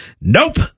Nope